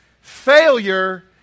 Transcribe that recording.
failure